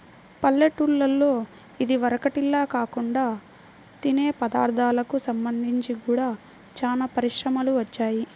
పల్లెటూల్లలో ఇదివరకటిల్లా కాకుండా తినే పదార్ధాలకు సంబంధించి గూడా చానా పరిశ్రమలు వచ్చాయ్